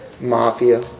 Mafia